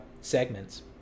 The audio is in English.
segments